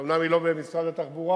אומנם היא לא במשרד התחבורה,